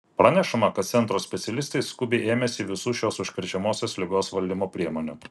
pranešama kad centro specialistai skubiai ėmėsi visų šios užkrečiamosios ligos valdymo priemonių